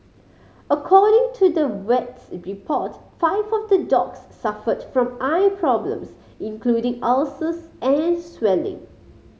according to the vet's report five of the dogs suffered from eye problems including ulcers and swelling